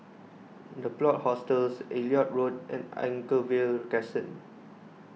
the Plot Hostels Elliot Road and Anchorvale Crescent